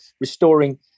restoring